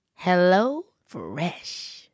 HelloFresh